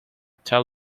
tell